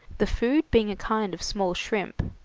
the food being a kind of small shrimp.